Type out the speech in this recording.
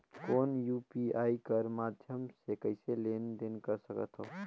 कौन यू.पी.आई कर माध्यम से कइसे लेन देन कर सकथव?